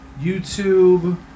YouTube